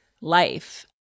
life